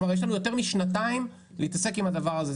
כלומר, יש לנו יותר משנתיים להתעסק עם הדבר הזה.